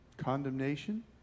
Condemnation